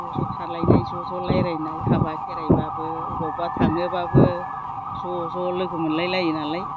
ज' ज' थालायनाय ज' ज' रायलायनाय हाबा खेराइबाबो बबावबा थांनोबाबो ज' ज' लोगो मोनलायलायो नालाय